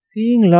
Seeing